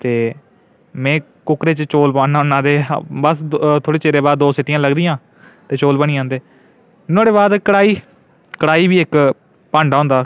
ते में कुक्करै च चौल पान्ना होन्ना ते बस थोह्ड़े चिरें बाद दो सीटियां लगदियां ते चौल बनी जंदे नुआढ़े बाद कड़ाही कड़ाही बी इक भांडा होंदा